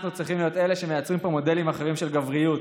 אנחנו צריכים להיות אלה שמייצרים פה מודלים אחרים של גבריות,